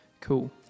cool